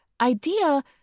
idea